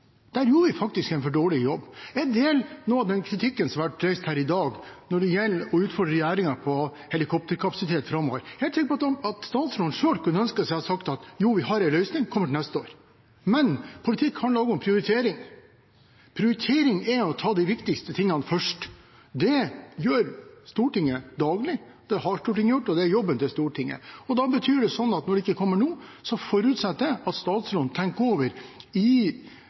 der gjorde vi faktisk en for dårlig jobb. Til noe av den kritikken som har blitt reist her i dag, når det gjelder å utfordre regjeringen på helikopterkapasitet framover, er jeg helt sikker på at statsråden selv kunne ha ønsket å si: Jo, vi har en løsning – kommer til neste år. Men politikk handler også om prioritering. Prioritering er å ta de viktigste tingene først. Det gjør Stortinget daglig, det har Stortinget gjort og det er jobben til Stortinget. Det betyr at når det ikke kommer nå, forutsetter jeg at statsråden tenker over